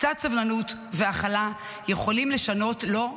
קצת סבלנות והכלה יכולים לשנות לו,